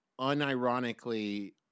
unironically